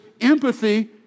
empathy